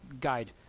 Guide